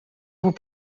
vous